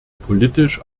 politisch